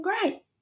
great